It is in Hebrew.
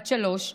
בת שלוש,